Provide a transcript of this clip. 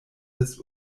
des